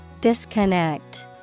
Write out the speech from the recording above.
Disconnect